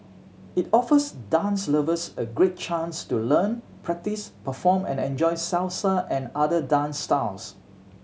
it offers dance lovers a great chance to learn practice perform and enjoy Salsa and other dance styles